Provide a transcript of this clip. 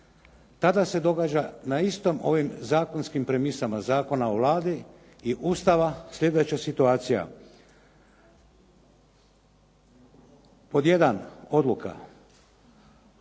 Tada se događa na istim ovim zakonskim premisama Zakona o Vladi i Ustava sljedeća situacija, pod 1. odluka